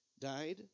died